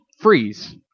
freeze